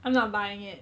I'm not buying it